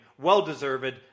Well-deserved